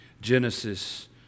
Genesis